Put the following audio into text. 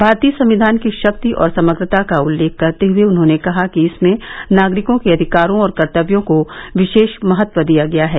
भारतीय संविधान की शक्ति और समग्रता का उल्लेख करते हुए उन्होंने कहा कि इसमे नागरिकों के अधिकारों और कर्तव्यों को विशेष महत्व दिया गया है